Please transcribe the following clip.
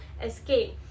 escape